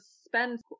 spend